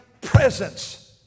presence